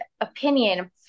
opinion